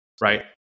right